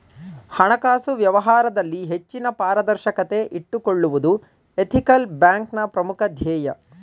ಹಣಕಾಸು ವ್ಯವಹಾರದಲ್ಲಿ ಹೆಚ್ಚಿನ ಪಾರದರ್ಶಕತೆ ಇಟ್ಟುಕೊಳ್ಳುವುದು ಎಥಿಕಲ್ ಬ್ಯಾಂಕ್ನ ಪ್ರಮುಖ ಧ್ಯೇಯ